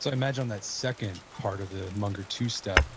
so, i imagine on that second part of the munger two-step,